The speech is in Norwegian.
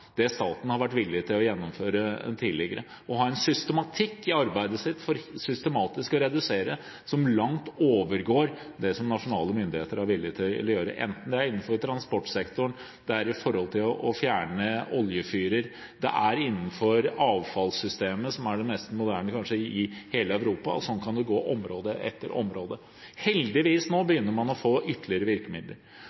det staten har vært villig til å gjennomføre tidligere og har en systematikk i arbeidet sitt for å redusere utslipp som langt overgår det som nasjonale myndigheter er villig til å gjøre, enten det er innenfor transportsektoren, det er å fjerne oljefyrer, eller det er innenfor avfallssystemet, som er kanskje det mest moderne i hele Europa. Sånn kan vi gå område etter område. Heldigvis begynner man nå å få ytterligere virkemidler,